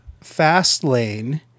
Fastlane